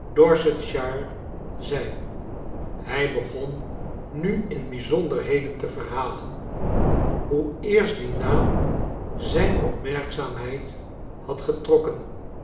dorsetshire zijn hij begon nu in bijzonderheden te verhalen hoe eerst die naam zijn opmerkzaamheid had getrokken